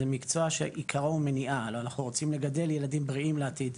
אנחנו רוצים לגדל ילדים בריאים לעתיד.